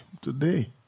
today